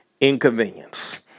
inconvenience